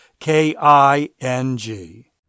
K-I-N-G